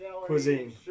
cuisine